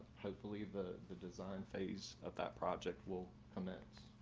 hopefully the the design phase of that project will commence.